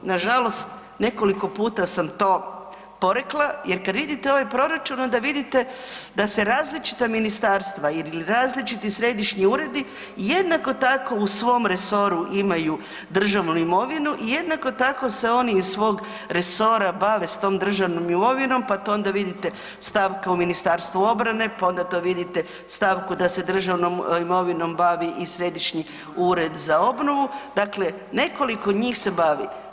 Nažalost nekoliko puta sam to porekla jer kad vidite ovaj proračun, onda vidite da se različita ministarstva ili različiti središnji uredi jednako tako u svom resoru imaju državnu imovinu i jednako tako se oni iz svog resora bave s tom državnom imovinom pa to onda vidite stavke u Ministarstvu obrane, pa onda to vidite stavku da se državnom imovinom bavi i Središnji ured za obnovu, dakle, nekoliko njih se bavi.